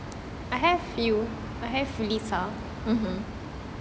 mmhmm